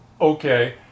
okay